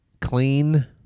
clean